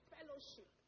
Fellowship